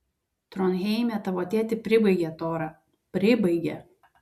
tronheime tavo tėtį pribaigė tora pribaigė